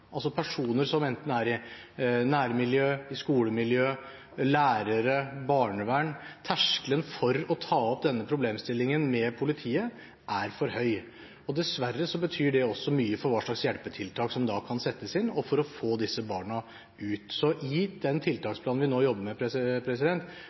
altså personer som enten er i nærmiljøet eller i skolemiljøet, lærere og barnevern. Terskelen for å ta opp denne problemstillingen med politiet er for høy. Dessverre betyr det også mye for hva slags hjelpetiltak som kan settes inn, og for å få disse barna ut. I den tiltaksplanen vi nå jobber med,